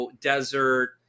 Desert